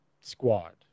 squad